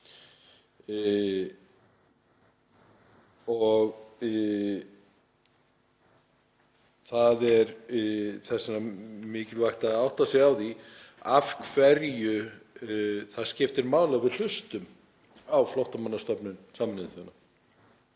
og það er mikilvægt að átta sig á því af hverju það skiptir máli að við hlustum á Flóttamannastofnun Sameinuðu